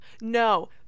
No